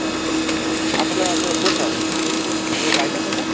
হ্যাঁ আপনার আপনার কোথায় তোমার বাড়িটা কোথায়